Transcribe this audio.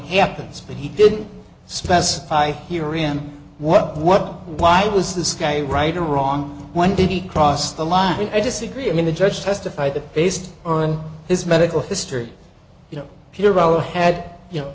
happens but he didn't specify here in what what why was this guy right or wrong when did he cross the line i disagree i mean the judge testified that based on his medical history you know pirro had you know